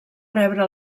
rebre